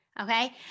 okay